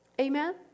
Amen